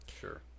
sure